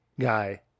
guy